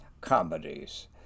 comedies